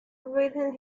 written